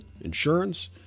Insurance